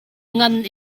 ngan